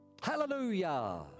Hallelujah